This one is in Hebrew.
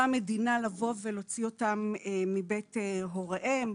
המדינה לבוא ולהוציא אותם מבית הוריהם.